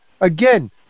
again